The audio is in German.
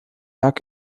lag